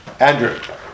Andrew